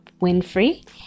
winfrey